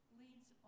leads